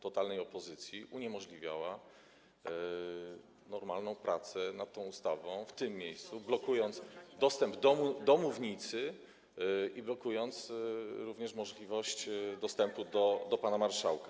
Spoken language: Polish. totalnej opozycji uniemożliwiała normalną pracę nad tą ustawą w tym miejscu, blokując dostęp do mównicy, blokując również możliwość dostępu do pana marszałka.